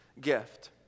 gift